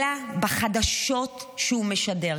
אלא בחדשות שהוא משדר,